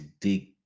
dig